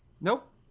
Nope